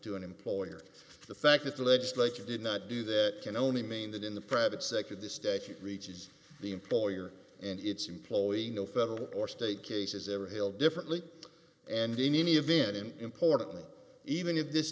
to an employer the fact that the legislature did not do that can only mean that in the private sector the stack reaches the employer and it's employee no federal or state cases ever held differently and in any event and importantly even to this